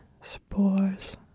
spores